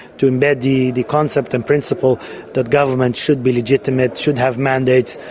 to embed the the concept and principle that governments should be legitimate, should have mandates.